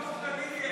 מספיק.